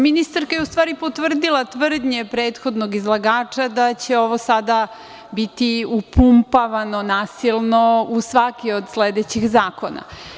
Ministarka je u stvari potvrdila tvrdnje prethodnog izlagača da će ovo sada biti upumpavano nasilno u svaki od sledećih zakona.